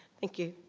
thank you.